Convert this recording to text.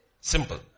Simple